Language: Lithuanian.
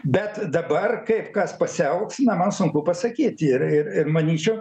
bet dabar kaip kas pasielgs na man sunku pasakyt ir ir manyčiau